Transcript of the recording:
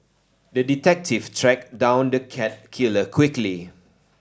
the detective tracked down the cat killer quickly